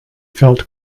felt